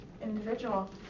individual